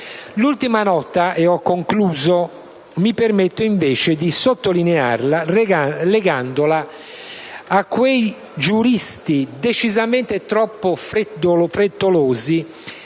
L'ultima nota mi permetto invece di sottolinearla legandola a quei giuristi decisamente troppo frettolosi